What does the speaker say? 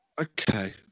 Okay